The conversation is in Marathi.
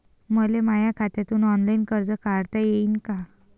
मले माया खात्यातून ऑनलाईन कर्ज काढता येईन का?